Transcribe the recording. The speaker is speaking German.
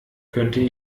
könnte